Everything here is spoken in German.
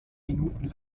minuten